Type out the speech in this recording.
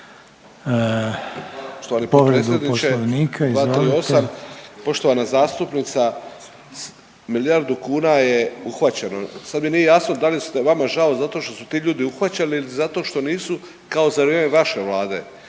Poštovani potpredsjedniče, 238., poštovana zastupnica milijardu kuna je uhvaćeno, sad mi nije jasno da li je vama žao zato što su ti ljudi uhvaćeni ili zato što nisu kao za vrijeme vaše vlade